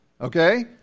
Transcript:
okay